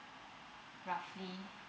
roughly